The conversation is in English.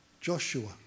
Joshua